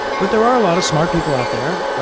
but there are a lot of smart people out there,